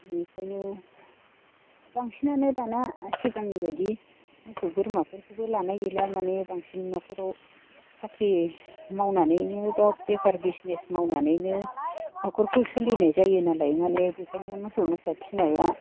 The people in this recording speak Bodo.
इनिखायनो बांसिनानो दाना सिगांनि बायदि मोसौ बोरमाफोरखौबो लानाय गैला माने बांसिन न'खराव साख्रि मावनानैनो एबा बेफार बिजनेस मावनानैनो न'खरखौ सोलिनाय जायो नालाय माने बेखायनो मोसौ मोसा फिनाया